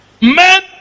men